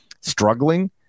struggling